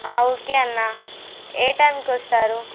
okay అన్న ఏ టైంకొస్తారు